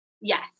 Yes